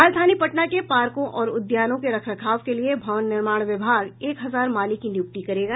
राजधानी पटना के पार्को और उद्यानों के रखरखाव के लिए भवन निर्माण विभाग एक हजार माली की नियुक्ति करेगा